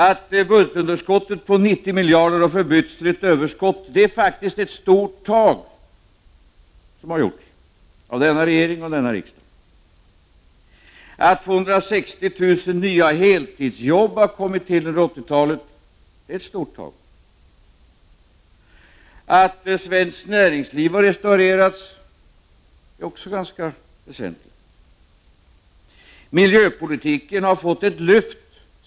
När budgetunderskottet på 90 miljarder kronor har förbytts till ett överskott rör det sig faktiskt om ett stort tal, och det hela har presterats av denna regering och denna riksdag. 260 000 heltidsarbeten har kommit till under 80-talet, och det är också ett stort tal. Att svenskt näringsliv har restaurerats är också någonting ganska väsentligt. Miljöpolitiken har fått ett lyft.